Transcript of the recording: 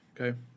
okay